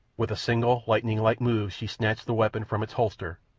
with a single, lightning-like move she snatched the weapon from its holster,